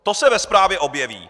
To se ve zprávě objeví.